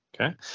Okay